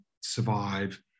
survive